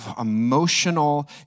emotional